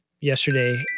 yesterday